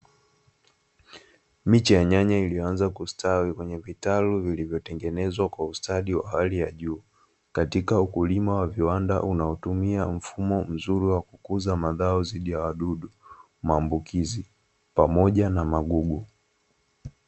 Miche ya nyanya iliyoanza kustawi kwenye vitalu vilivyotengenezwa kwa ustadi wa hali ya juu, katika ukulima wa viwanda unaotumia mfumo mzuri wa kukuza mazao dhidi ya wadudu, maambukizi, pamoja na magugu.